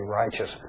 righteous